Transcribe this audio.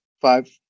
five